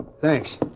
Thanks